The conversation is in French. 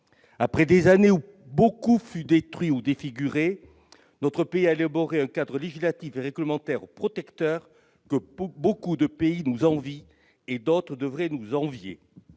cours desquelles beaucoup fut détruit ou défiguré, notre pays a élaboré un cadre législatif et réglementaire protecteur, que nombre de pays nous envient et que d'autres devraient nous envier.